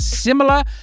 similar